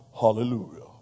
hallelujah